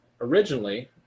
originally